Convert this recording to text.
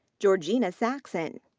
georgina saxon.